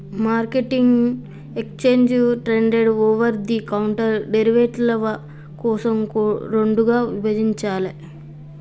మార్కెట్ను exchange traded, over the counter డెరివేటివ్ల కోసం రెండుగా విభజించాలే